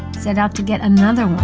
set out to get another one